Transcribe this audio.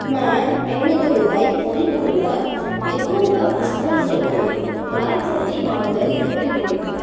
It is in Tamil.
நான் ஐநூறு ரூபாய் மதிப்புள்ள எக்கோவேர் டிஸ்போசபிள் மரக் கத்தி வாங்க விரும்புகிறேன்